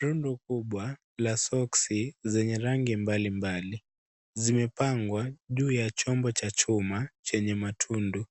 Rundo kubwa la soksi zenye rangi mbalimbali, zimepangwa juu ya chombo cha chuma chenye matundu.